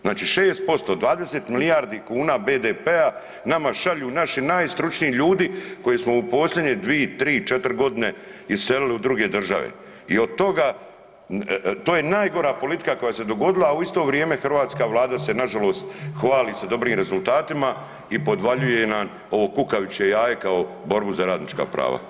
Znači, 6%, 20 milijardi kuna BDP-a nama šalju naši najstručniji ljudi koje smo u posljednje 2, 3, 4.g. iselili u druge države i od toga, to je najgora politika koja se dogodila, a u isto vrijeme hrvatska vlada se nažalost hvali sa dobrim rezultatima i podvaljuje nam ovo kukavičje jaje kao borbu za radnička prava.